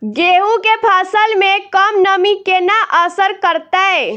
गेंहूँ केँ फसल मे कम नमी केना असर करतै?